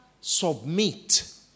submit